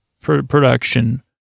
production